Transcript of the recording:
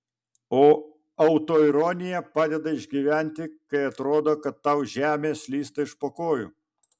o autoironija padeda išgyventi kai atrodo kad tau žemė slysta iš po kojų